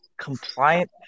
compliant